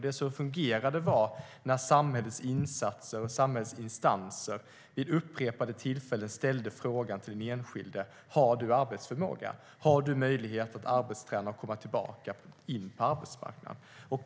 Det som fungerade var när samhällets insatser och samhällets instanser vid upprepade tillfällen frågade den enskilde: Har du arbetsförmåga? Har du möjlighet att arbetsträna och komma tillbaka in på arbetsmarknaden?